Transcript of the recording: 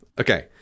Okay